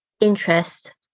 interest